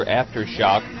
aftershock